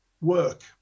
work